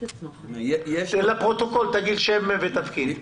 לפרוטוקול, שם ותפקיד.